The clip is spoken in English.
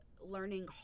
learning